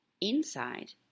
inside